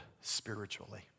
spiritually